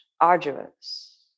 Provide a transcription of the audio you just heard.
arduous